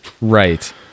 Right